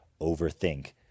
overthink